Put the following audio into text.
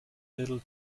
little